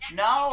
no